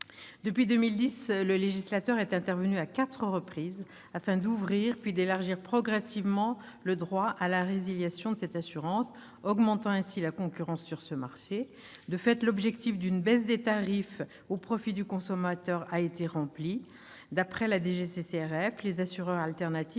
Depuis 2010, le législateur est intervenu à quatre reprises afin d'ouvrir, puis d'élargir progressivement le droit à la résiliation de cette assurance, augmentant ainsi la concurrence sur ce marché. De fait, l'objectif d'une baisse des tarifs au profit du consommateur a été atteint : d'après la Direction générale